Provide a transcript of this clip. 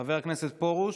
חבר הכנסת פרוש,